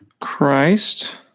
Christ